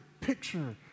picture